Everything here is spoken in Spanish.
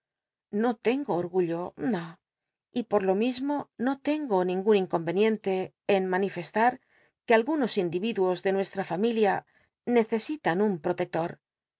no tengo orgullo no y por lo mismo no tengo ningun incorn cniente en manifestar que algunos individuos de nuestra familia necesit n de un protector